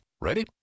Ready